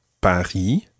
Paris